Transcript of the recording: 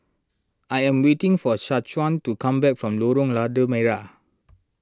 I am waiting for Shaquan to come back from Lorong Lada Merah